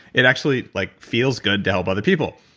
it actually like feels good to help other people.